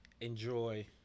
enjoy